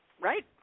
right